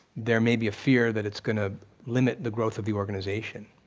there may be a fear that it's gonna limit the growth of the organization,